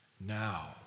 now